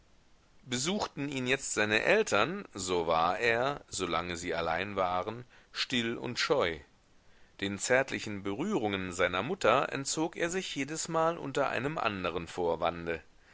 besuchten ihn jetzt seine eltern so war er solange sie allein waren still und scheu den zärtlichen berührungen seiner mutter entzog er sich jedesmal unter einem anderen vorwande